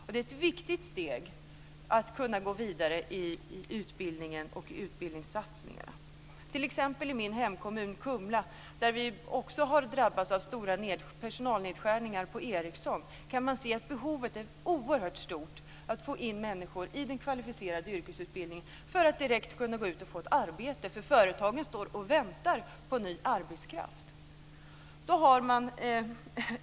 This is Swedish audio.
Detta är ett viktigt steg för att kunna gå vidare i utbildningen och i utbildningssatsningarna. I min hemkommun Kumla har vi drabbats av stora personalnedskärningar på Ericsson. Där kan man se att behovet är oerhört stort av att få in människor i den kvalificerade yrkesutbildningen för att de direkt ska kunna gå ut och få ett arbete. Företagen står nämligen och väntar på ny arbetskraft.